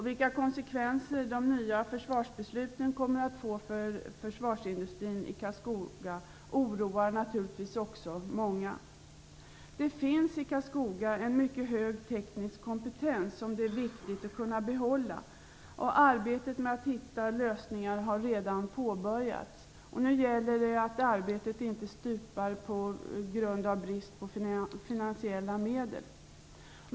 Vilka konsekvenser de nya försvarsbesluten kommer att få för försvarsindustrin i Karlskoga oroar naturligtvis också många. Det finns i Karlskoga en mycket hög teknisk kompetens, som det är viktigt att kunna behålla. Arbetet med att hitta lösningar har redan påbörjats. Nu gäller det att arbetet inte stupar på grund av brist på finansiella medel.